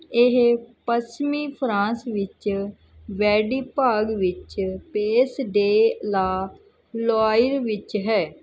ਇਹ ਪੱਛਮੀ ਫਰਾਂਸ ਵਿੱਚ ਵੈਂਡੀ ਵਿਭਾਗ ਵਿੱਚ ਪੇਸ ਡੇ ਲਾ ਲੋਇਰ ਵਿੱਚ ਹੈ